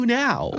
now